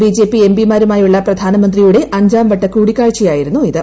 B J P M പിമാരുമായുള്ള പ്രധാനമന്ത്രിയുടെ അഞ്ചാംവട്ട കൂടിക്കാഴ്ചയായിരുന്നു ഇത്